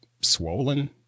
swollen